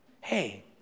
hey